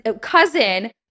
cousin